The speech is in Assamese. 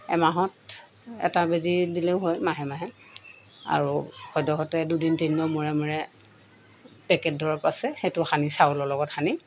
এমাহত এটা বেজী দিলেও হয় মাহে মাহে আৰু সদ্যহতে দুদিন তিনিদিনৰ মূৰে মূৰে পেকেট দৰৱ আছে সেইটো সানি চাউলৰ লগত সানি